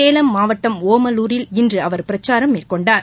சேலம் மாவட்டம் ஒமலூரில் இன்று அவர் பிரச்சாரம் மேற்கொண்டார்